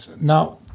Now